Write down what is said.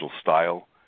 style